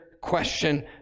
question